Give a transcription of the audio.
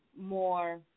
more